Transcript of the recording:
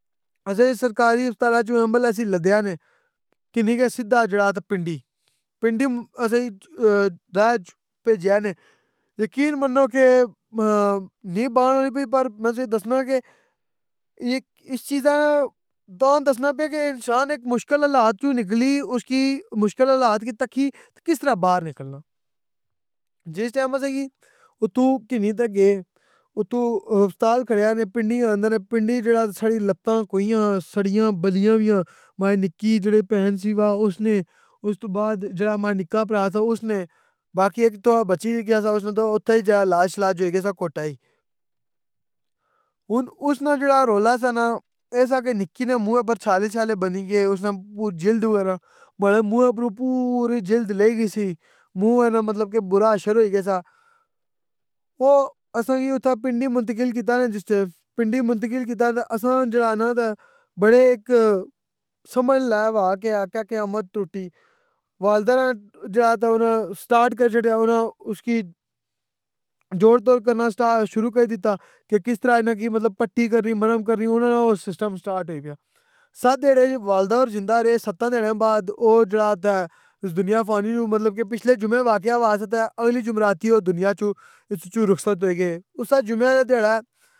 اسساں سرکاری اسطرح جوں ایمبولینس اتھے لدیا نے، کنہی گئے سیدھا جیڑا نا پنڈی، پنڈی اسساں کی پجھیا نے، یقین مانو کے اس چیزاں کی تاں دسنا پیاں کے انسان ہیک مشکل حالات وچو نکلی اسکی، مشکل حالات نو تککی، کس طرح باہر نکلنا۔ جس ٹائم اسساں کی اتھوں کنئی تے گئے، اتھوں اسٹال جھڑیا نے پنڈی اندر پنڈی جیڑا ساڑی لتتاں بلیاں سڑیاں ہویاں ماڑی نککی جیڑی پہن سی وا اس نی استو بعد جیڑا ماڑا نککا پراہ سا اس نے، باوی ہیک تو بچی وی گیا سا اس دا جیڑا لاش علاج ہوئی گیا سا کوہٹا ای، ہن اسنا جیڑا رولا سا نا او اے سا جے اسنی نککی منہ اپر چھالے شالے بنی گئے، اسنا جلد وغیرہ، ماڑے پورے منہ اپر پووری جلد رہئی گئی سی، منہ نا مطلب کے برا حشر ہوئی گیا سا۔ او اسساں کی اتھے پنڈی منتقل کیتا نے جس ٹئم، پنڈی منتقل کیتا نا اسساں جیڑا نا بڑے ہیک سمجھ لوے کے ہیک قیامت ٹوٹی، والدہ نا جیڑا سٹارٹ کری شوریا، جوڑ توڑ کری سٹارٹ کری دیتتا، کہ کس طرح اننا کی پٹی کرنی اے، ملہم کرنا اے، اے سسٹم اننا نا سٹارٹ کری دیتتا۔ سات تھیڑے والدہ ہور زندہ رہے تے سات تھڑے بعد او جیڑا تے اس دنیا فانی نو مطلب کے پچھلی جمعرات او واقعہ ہویا سا تے اگلی جمعرات ای نو او اس دنیا چو رخصت ہو گئے۔ اسسے جمعہ آلے تھیڑے۔